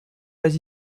pas